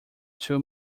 two